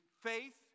faith